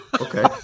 Okay